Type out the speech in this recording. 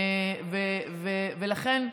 ולכן,